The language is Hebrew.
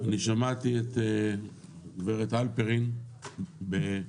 אני שמעתי את הגברת הלפרין אומרת,